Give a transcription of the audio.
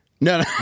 No